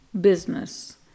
business